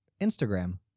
Instagram